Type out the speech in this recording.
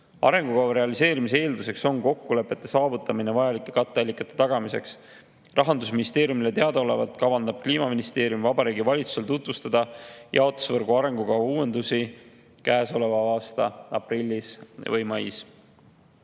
Arengukava realiseerimise eelduseks on kokkulepete saavutamine vajalike katteallikate tagamiseks. Rahandusministeeriumile teadaolevalt kavandab Kliimaministeerium Vabariigi Valitsusele tutvustada jaotusvõrgu arengukava uuendusi käesoleva aasta aprillis või mais.